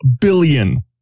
Billion